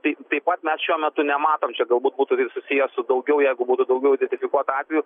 tai taip pat mes šiuo metu nematom čia galbūt būtų ir susijęs su daugiau jeigu būtų daugiau dezinfekuotų atvejų